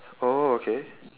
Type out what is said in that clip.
oh okay